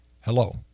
Hello